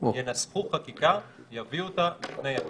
ינסחו חקיקה ויביאו אותה בפני הכנסת.